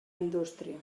indústria